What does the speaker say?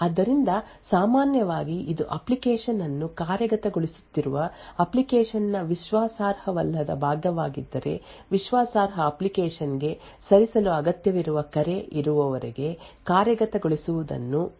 ಆದ್ದರಿಂದ ಸಾಮಾನ್ಯವಾಗಿ ಇದು ಅಪ್ಲಿಕೇಶನ್ ಅನ್ನು ಕಾರ್ಯಗತಗೊಳಿಸುತ್ತಿರುವ ಅಪ್ಲಿಕೇಶನ್ ನ ವಿಶ್ವಾಸಾರ್ಹವಲ್ಲದ ಭಾಗವಾಗಿದ್ದರೆ ವಿಶ್ವಾಸಾರ್ಹ ಅಪ್ಲಿಕೇಶನ್ ಗೆ ಸರಿಸಲು ಅಗತ್ಯವಿರುವ ಕರೆ ಇರುವವರೆಗೆ ಕಾರ್ಯಗತಗೊಳಿಸುವುದನ್ನು ಮುಂದುವರಿಸುತ್ತದೆ